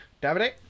David